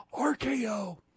RKO